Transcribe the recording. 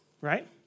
right